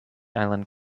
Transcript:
island